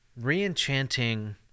reenchanting